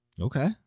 Okay